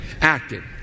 Active